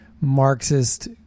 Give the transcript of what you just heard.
Marxist